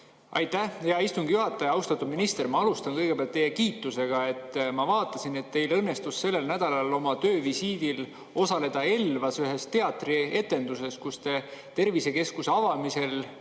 Aitäh, hea istungi juhataja! Austatud minister! Ma alustan kõigepealt teie kiitmisega. Ma vaatasin, et teil õnnestus sellel nädalal oma töövisiidil osaleda Elvas ühes teatrietenduses, kust te tervisekeskuse avamisel mängisite